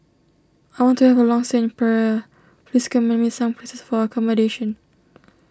I want to have a long thing in Praia please commend me some places for accommodation